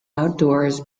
outdoors